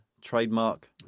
trademark